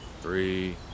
Three